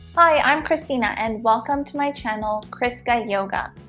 hi, i'm christina and welcome to my channel chriskayoga.